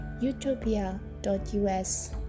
utopia.us